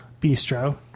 Bistro